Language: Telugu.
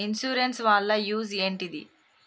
ఇన్సూరెన్స్ వాళ్ల యూజ్ ఏంటిది?